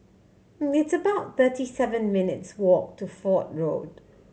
it's about thirty seven minutes' walk to Fort Road